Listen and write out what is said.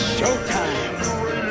Showtime